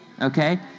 okay